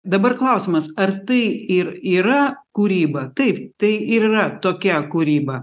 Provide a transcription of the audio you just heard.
dabar klausimas ar tai ir yra kūryba taip tai ir yra tokia kūryba